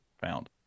found